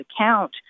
account